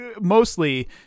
mostly